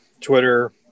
Twitter